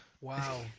Wow